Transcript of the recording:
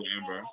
Amber